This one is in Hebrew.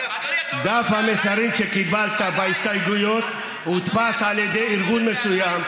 דף המסרים שקיבלת בהסתייגויות הודפס על ידי ארגון מסוים,